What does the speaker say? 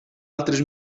altres